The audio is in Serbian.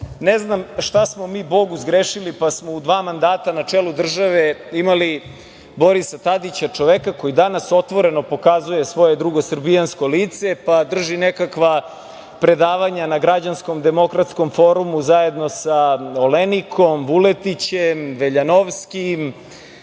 ne znam šta smo mi Bogu zgrešili pa smo u dva mandata na čelu države imali Borisa Tadića, čoveka koji danas otvoreno pokazuje svoje drugosrbijansko lice, pa drži nekakva predavanja na Građanskom demokratskom forumu zajedno sa Olenikom, Vuletićem, Veljanovskim,